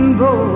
boy